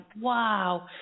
wow